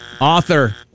Author